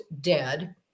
dead